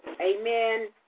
Amen